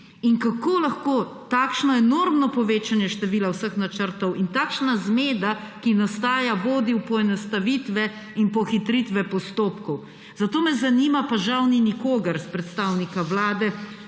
In kako lahko takšno enormno povečanje števila vseh načrtov in takšna zmeda, ki nastaja, vodi v poenostavitve in pohitritve postopkov. Zato me zanima, pa žal ni nikogar od predstavnikov Vlade,